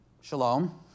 shalom